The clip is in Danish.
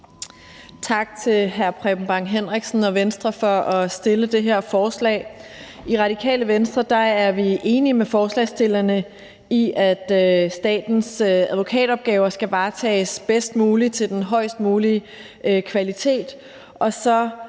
tak til hr. Preben Bang Henriksen og Venstre for at fremsætte det her forslag. I Radikale Venstre er vi enige med forslagsstillerne i, at statens advokatopgaver skal varetages bedst muligt og med den højest mulige kvalitet,